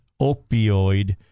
opioid